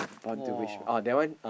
!wah!